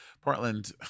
Portland